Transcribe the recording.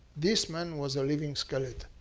this man was a living skeleton.